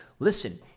Listen